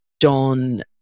done